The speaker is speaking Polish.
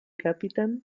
kapitan